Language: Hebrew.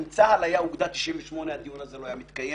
אם צה"ל היה אוגדה 98הדיון הזה לא היה מתקיים,